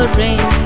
rain